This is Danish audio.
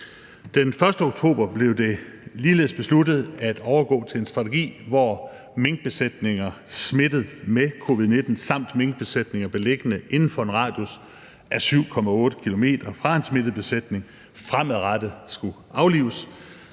Den 1. oktober blev det ligeledes besluttet at overgå til en strategi, hvor minkbesætninger smittet med covid-19 samt minkbesætninger beliggende inden for en radius af 7,8 km fra en smittet besætning fremadrettet skullet aflives,